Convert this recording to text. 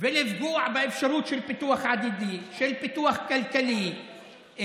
ולפגוע באפשרות של פיתוח עתידי, של פיתוח כלכלי.